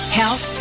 health